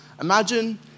Imagine